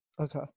Okay